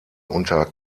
unter